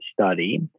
study